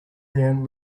down